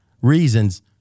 reasons